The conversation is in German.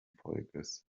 volkes